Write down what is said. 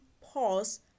pause